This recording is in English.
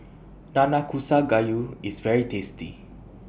Nanakusa Gayu IS very tasty